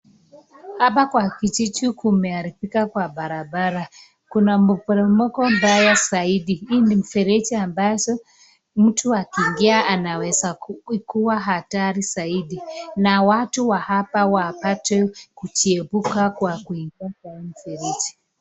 Hapa kwa kijiji kumeharibika kwa barabara, kuna kuna poromoko mbaya zaidi, Hii ni mfereji, ambazo mtu akiingia anaweza kuwa hatari zaidi, na watu wa hapa wapate kujiepuka kuingia kwa mfereji.